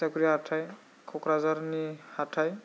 टिटागुरि हाथाय क'क्राझारनि हाथाय